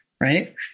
right